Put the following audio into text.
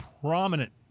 prominent—